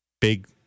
Big